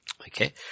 Okay